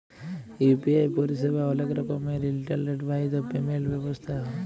UPI পরিসেবা অলেক রকমের ইলটারলেট বাহিত পেমেল্ট ব্যবস্থা হ্যয়